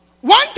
One